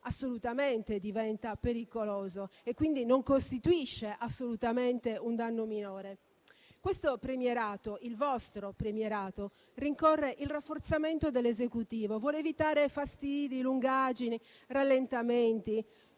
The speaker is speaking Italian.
assolutamente diventa pericoloso e quindi non costituisce assolutamente un danno minore. Questo premierato, il vostro premierato, rincorre il rafforzamento dell'Esecutivo, vuole evitare fastidi, lungaggini, rallentamenti.